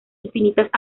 infinitas